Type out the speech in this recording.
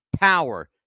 power